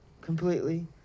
completely